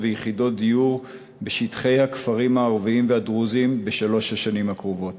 ויחידות דיור בשטחי הכפרים הערביים והדרוזיים בשלוש השנים הקרובות.